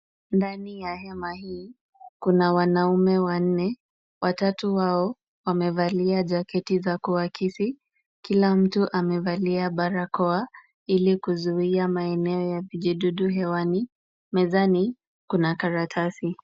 Ndani ya hema hii, kuna wanaume wanne. Watatu wao wamevalia jaketi za kuakisi. Kila mtu amevalia barakoa ili kuzuia maeneo ya vijidudu hewani. Mezani kuna karatasi.